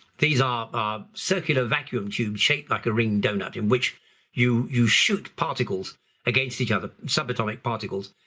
these are are circular vacuum tubes shaped like a ring donut in which you you shoot particles against each other, subatomic particles,